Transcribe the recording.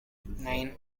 nine